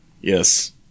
Yes